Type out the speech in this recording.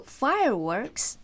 fireworks